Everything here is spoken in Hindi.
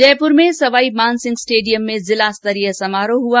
जयपुर में सवाईमानसिंह स्टेडियम में जिलास्तरीय समारोह हुआ